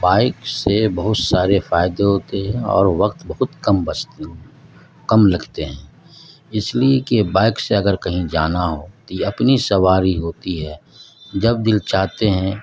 bike سے بہت سارے فائدے ہوتے ہیں اور وقت بہت کم بچتے کم لگتے ہیں اس لیے کہ بائک سے اگر کہیں جانا ہو تو اپنی سواری ہوتی ہے جب دل چاہتے ہیں